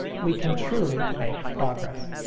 we can truly make progress.